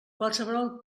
qualsevol